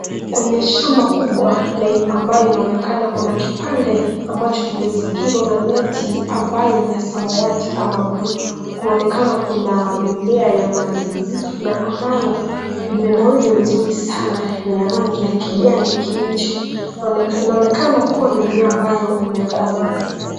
Kwenye shamba kubwa ambayo inaonekana kuna kipande ambacho kimezingirwa na neti ambayo ni ya samawati au bluu, kunaonekana kuna mimea ya mandizi na ambayo imenawiri vizuri sana, ni ya rangi ya kijani kibichi, inaonekana kuwa ni mimea ambayo imekomaa.